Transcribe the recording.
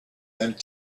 and